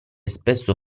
spesso